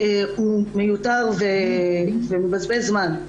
זה מיותר ומבזבז זמן.